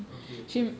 okay okay